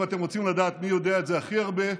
אם אתם רוצים לדעת מי רוצה את זה הכי הרבה,